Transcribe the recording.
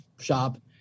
shop